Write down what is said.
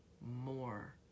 more